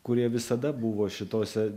kurie visada buvo šitose